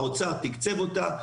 האוצר תקצב אותה,